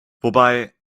wobei